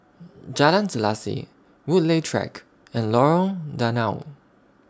Jalan Selaseh Woodleigh Track and Lorong Danau